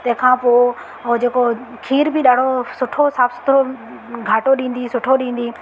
तंहिं खां हू जेको खीर बि ॾाढो सुठो साफ़ु सुथिरो घाटो ॾींदी सुठो ॾींदी